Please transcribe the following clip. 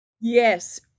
yes